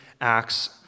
acts